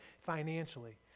financially